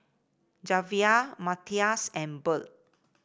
Javier Matias and Burl